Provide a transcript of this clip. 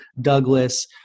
Douglas